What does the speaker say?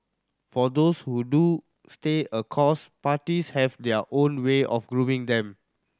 for those who do stay a course parties have their own way of grooming them